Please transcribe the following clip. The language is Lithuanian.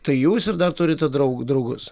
tai jūs ir dar turite draug draugus